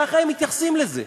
ככה הם מתייחסים לזה.